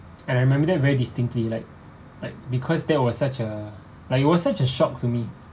and I remember that very distinctly like like because there was such a like it was such a shock to me